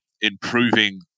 improving